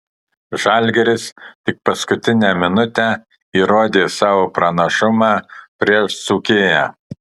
žalgiris tik paskutinę minutę įrodė savo pranašumą prieš dzūkiją